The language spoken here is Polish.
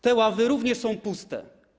Te ławy również są puste.